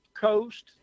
coast